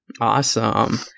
awesome